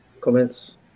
comments